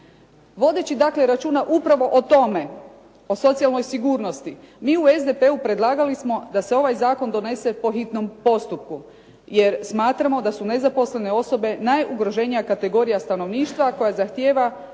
Vodeći dakle računa upravo o tome, o socijalnoj sigurnosti, mi u SDP-u predlagali smo da se ovaj zakon donese po hitnom postupku, jer smatramo da su nezaposlene osobe najugroženija kategorija stanovništva koja zahtijeva hitne